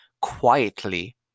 quietly